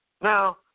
now